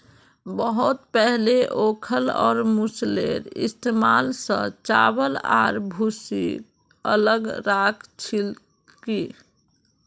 बहुत पहले ओखल और मूसलेर इस्तमाल स चावल आर भूसीक अलग राख छिल की